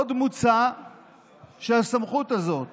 עוד מוצע שהסמכות הזאת